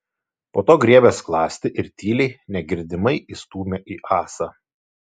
po to griebė skląstį ir tyliai negirdimai įstūmė į ąsą